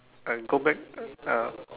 and go back ah